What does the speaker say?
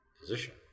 position